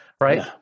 right